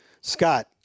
Scott